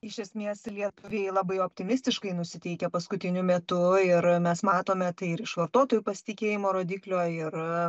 iš esmės lietuviai labai optimistiškai nusiteikę paskutiniu metu ir mes matome tai ir iš vartotojų pasitikėjimo rodiklio ir